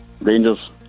Rangers